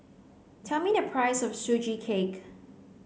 tell me the price of Sugee Cake